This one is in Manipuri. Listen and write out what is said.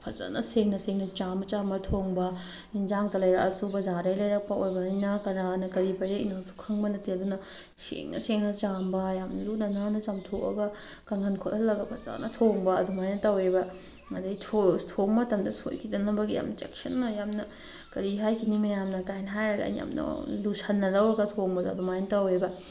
ꯐꯖꯅ ꯁꯦꯡꯅ ꯁꯦꯡꯅ ꯆꯥꯝꯃ ꯆꯥꯝꯃ ꯊꯣꯡꯕ ꯌꯦꯟꯁꯥꯡꯇ ꯂꯩꯔꯛꯑꯁꯨ ꯕꯖꯥꯔꯗꯒꯤ ꯂꯩꯔꯛꯄ ꯑꯣꯏꯕꯅꯤꯅ ꯀꯅꯥꯅ ꯀꯔꯤ ꯄꯥꯏꯔꯛꯏꯅꯣꯁꯨ ꯈꯪꯕ ꯅꯠꯇꯦ ꯑꯗꯨꯅ ꯁꯦꯡꯅ ꯁꯦꯡꯅ ꯆꯥꯝꯕ ꯌꯥꯝ ꯂꯨꯅ ꯅꯥꯟꯅ ꯆꯥꯝꯊꯣꯛꯑꯒ ꯀꯪꯍꯟ ꯈꯣꯠꯍꯜꯂꯒ ꯐꯖꯅ ꯊꯣꯡꯕ ꯑꯗꯨꯃꯥꯏꯅ ꯇꯧꯑꯦꯕ ꯑꯗꯒꯤ ꯊꯣꯡꯕ ꯃꯇꯝꯗ ꯁꯣꯏꯈꯤꯗꯅꯕꯒꯤ ꯌꯥꯝ ꯆꯦꯛꯁꯤꯟꯅ ꯌꯥꯝꯅ ꯀꯔꯤ ꯍꯥꯏꯈꯤꯅꯤ ꯃꯌꯥꯝꯅ ꯒꯥꯏꯅ ꯍꯥꯏꯔꯒ ꯑꯩꯅ ꯌꯥꯝꯅ ꯂꯨꯁꯟꯅ ꯂꯧꯔꯒ ꯊꯣꯡꯕꯗꯣ ꯑꯗꯨꯃꯥꯏ ꯇꯧꯑꯦꯕ